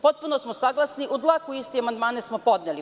Potpuno smo saglasni, u dlaku iste amandmane smo podneli.